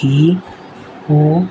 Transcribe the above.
कि हूअ